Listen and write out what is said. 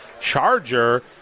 charger